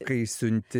kai siunti